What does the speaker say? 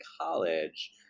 college